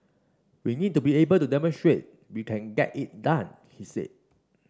we need to be able to demonstrate we can get it done he said